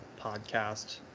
podcast